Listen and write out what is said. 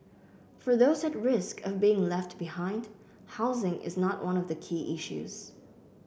for those at risk of being left behind housing is not one of the key issues